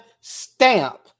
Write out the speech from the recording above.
stamp